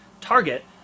target